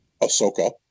Ahsoka